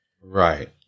Right